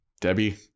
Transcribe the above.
debbie